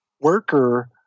worker